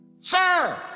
Sir